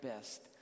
best